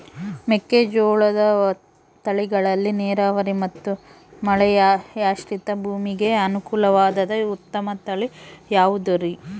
ಮೆಕ್ಕೆಜೋಳದ ತಳಿಗಳಲ್ಲಿ ನೇರಾವರಿ ಮತ್ತು ಮಳೆಯಾಶ್ರಿತ ಭೂಮಿಗೆ ಅನುಕೂಲವಾಗುವ ಉತ್ತಮ ತಳಿ ಯಾವುದುರಿ?